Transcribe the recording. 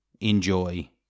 Enjoy